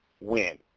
win